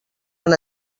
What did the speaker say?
han